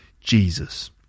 Jesus